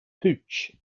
pooch